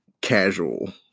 casual